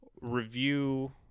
review